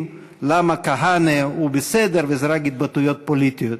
למה כהנא הוא בסדר וזה רק התבטאויות פוליטיות.